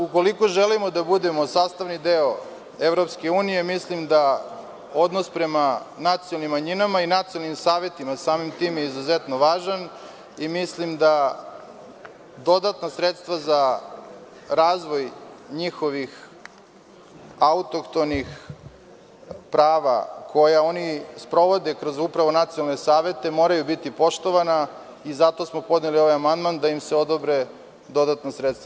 Ukoliko želimo da budemo sastavni deo EU, mislim da odnos prema nacionalnim manjinama i nacionalnim savetima samim tim je izuzetno važan i mislim da dodatna sredstva za razvoj njihovih autohtonih prava koja oni sprovode upravo kroz nacionalne savete moraju biti poštovana i zato smo podneli ovaj amandman, da im se odobre dodatna sredstva.